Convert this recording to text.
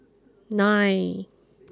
nine